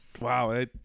wow